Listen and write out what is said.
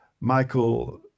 Michael